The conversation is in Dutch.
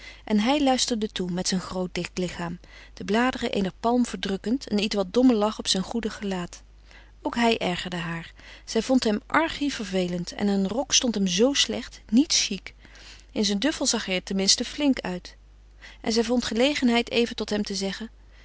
en hij luisterde toe met zijn groot dik lichaam de bladeren eener palm verdrukkend een ietwat dommen lach op zijn goedig gelaat ook hij ergerde haar zij vond hem archi vervelend en een rok stond hem zoo slecht niets chic in zijn duffel zag hij er ten minste flink uit en zij vond gelegenheid even tot hem te zeggen